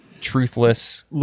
truthless